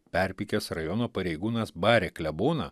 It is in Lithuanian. perpykęs rajono pareigūnas barė kleboną